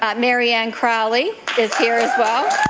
ah marianne crowley is here as well.